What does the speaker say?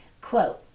Quote